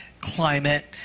climate